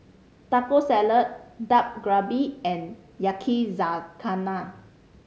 Taco Salad Dak Galbi and Yakizakana